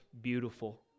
beautiful